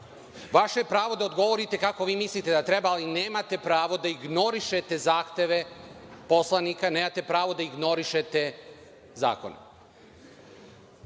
Vaše je pravo da odgovorite kako vi mislite da treba, ali nemate pravo da ignorišete zahteve poslanika, nemate pravo da ignorišete zakone.